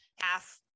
half